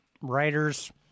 writers